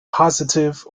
positive